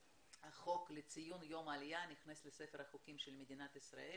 נכנס לספר החוקים של מדינת ישראל